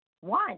one